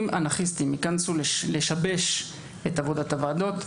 אנרכיסטים ייכנסו לשבש את עבודת הוועדות.